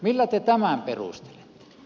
millä te tämän perustelette